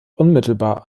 unmittelbar